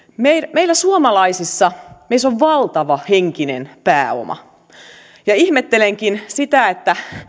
meissä suomalaisissa on valtava henkinen pääoma ihmettelenkin sitä